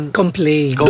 complain